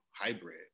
hybrid